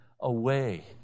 away